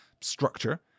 structure